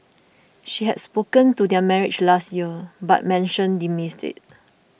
she had spoken of their marriage last year but Manson dismissed it